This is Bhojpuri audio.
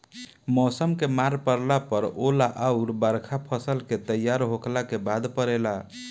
मौसम के मार पड़ला पर ओला अउर बरखा फसल के तैयार होखला के बाद पड़ेला